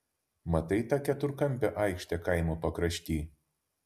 matai tą keturkampę aikštę kaimo pakrašty